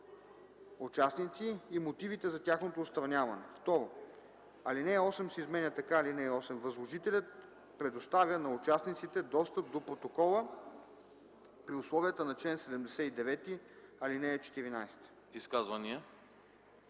участници и мотивите за тяхното отстраняване.” 2. Алинея 8 се изменя така: „(8) Възложителят предоставя на участниците достъп до протокола при условията на чл. 79, ал. 14”.”